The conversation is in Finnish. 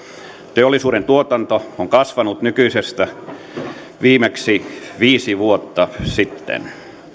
teollisuuden tuotanto on kasvanut nykyisestä viimeksi viisi vuotta sitten